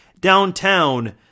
downtown